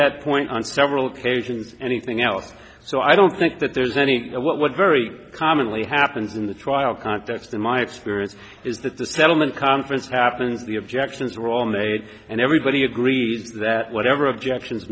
that point on temporal cajuns anything else so i don't think that there's any what very commonly happens in the trial context in my experience is that the settlement conference happened the objections were all made and everybody agrees that whatever objections